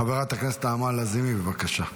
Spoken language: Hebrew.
חברת הכנסת נעמה לזימי, בבקשה.